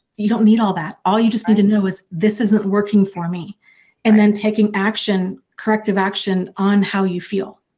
you don't need all that, all you just need to know is this isn't working for me and then taking action, corrective action on how you feel.